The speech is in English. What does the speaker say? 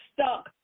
stuck